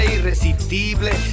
Irresistible